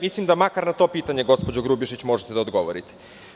Mislim da makar na to pitanje, gospođo Grubješić, možete da dogovorite.